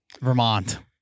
Vermont